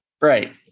Right